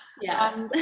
Yes